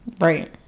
Right